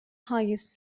highest